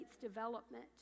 development